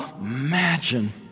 imagine